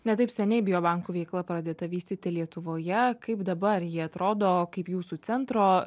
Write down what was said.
ne taip seniai bio bankų buvo pradėta vystyti lietuvoje kaip dabar ji atrodo kaip jūsų centro